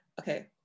Okay